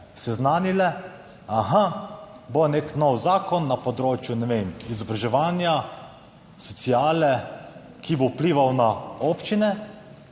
seznanile, aha, bo nek nov zakon na področju, ne vem, izobraževanja, sociale, ki bo vplival na občine